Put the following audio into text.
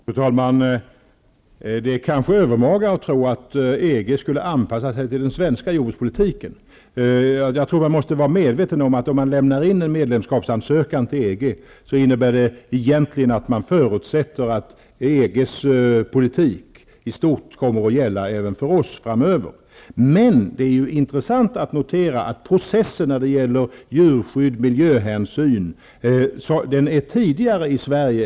Fru talman! Det är kanske övermaga att tro att EG skulle anpassa sig till den svenska jordbrukspolitiken. Jag tror att vi måste vara medvetna om att en medlemskapsansökan till EG egentligen innebär att man förutsätter att EG:s politik i stort även kommer att gälla för oss framöver. Det är dock intressant att notera att processen när det gäller djurskydd och miljöhänsyn har hunnit längre i Sverige.